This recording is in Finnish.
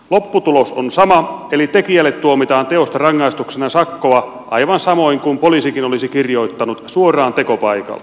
lopputulos on sama eli tekijälle tuomitaan teosta rangaistuksena sakkoa aivan samoin kuin poliisikin olisi kirjoittanut suoraan tekopaikalla